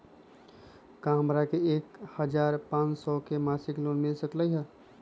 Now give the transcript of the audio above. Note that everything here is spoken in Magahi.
का हमरा के एक हजार पाँच सौ के मासिक लोन मिल सकलई ह?